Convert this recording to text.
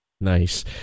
nice